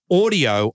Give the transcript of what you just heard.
audio